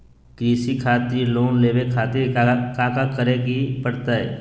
कृषि खातिर लोन लेवे खातिर काका करे की परतई?